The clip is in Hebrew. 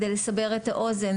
כדי לסבר את האוזן,